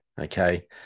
Okay